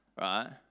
right